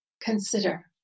Consider